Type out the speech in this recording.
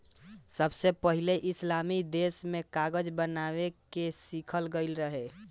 सबसे पहिले इस्लामी देश में कागज बनावे के सिखल गईल रहे